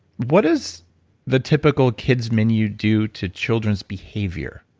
what is the typical kids' menu due to children's behavior?